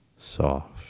soft